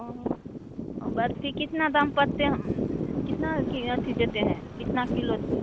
बर्फ़ी कितना दाम पड़ता है कितना कि अथी देते हैं कितना किलो